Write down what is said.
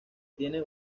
tiene